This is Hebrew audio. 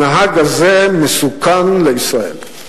הנהג הזה מסוכן לישראל.